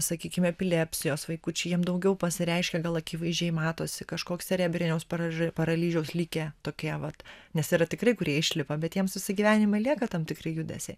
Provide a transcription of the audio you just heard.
sakykim epilepsijos vaikučiai jiem daugiau pasireiškia gal akivaizdžiai matosi kažkoks cerebriniaus paraži paralyžiaus likę tokie vat nes yra tikrai kurie išlipa bet jiems visą gyvenimą lieka tam tikri judesiai